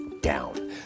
down